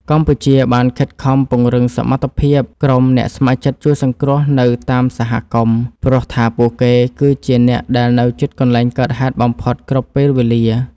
កម្ពុជាបានខិតខំពង្រឹងសមត្ថភាពក្រុមអ្នកស្ម័គ្រចិត្តជួយសង្គ្រោះនៅតាមសហគមន៍ ព្រោះថាពួកគេគឺជាអ្នកដែលនៅជិតកន្លែងកើតហេតុបំផុតគ្រប់ពេលវេលា។